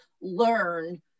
learn